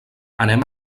anem